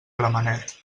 gramenet